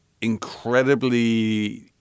incredibly